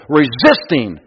resisting